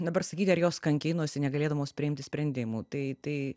dabar sakyti ar jos kankinosi negalėdamos priimti sprendimų tai tai